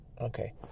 okay